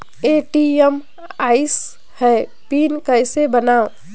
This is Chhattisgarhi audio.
ए.टी.एम आइस ह पिन कइसे बनाओ?